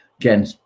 Again